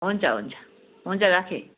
हुन्छ हुन्छ हुन्छ राखेँ